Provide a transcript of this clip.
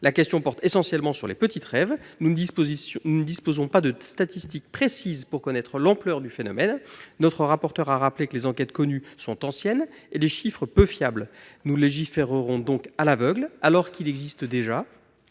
La question porte essentiellement sur les petites raves. Nous ne disposons pas de statistiques précises pour connaître l'ampleur du phénomène. Notre rapporteur a rappelé que les enquêtes connues sont anciennes et les chiffres peu fiables. Nous légiférerons donc à l'aveugle alors qu'il existe déjà